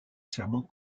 serment